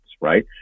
right